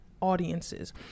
audiences